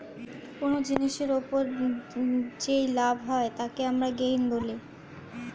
কোন জিনিসের ওপর যেই লাভ হয় তাকে আমরা গেইন বলি